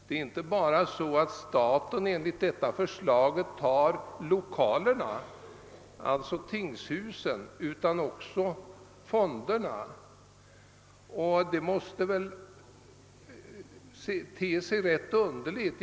Och enligt det föreliggande förslaget tar staten inte bara hand om tingshusen utan också om fonderna, och det ter sig väl ändå underligt.